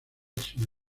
máxima